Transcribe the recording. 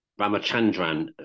Ramachandran